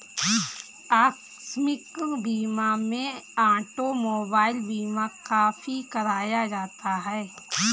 आकस्मिक बीमा में ऑटोमोबाइल बीमा काफी कराया जाता है